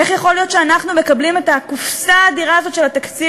איך יכול להיות שאנחנו מקבלים את הקופסה האדירה הזו של התקציב,